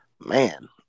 man